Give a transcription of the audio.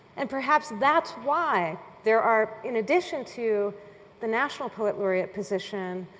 and perhaps that's why there are, in addition to the national poet laureate position,